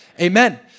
Amen